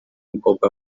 umukobwa